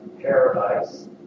paradise